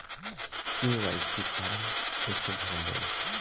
KYC form कइसे भरल जाइ?